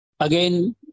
Again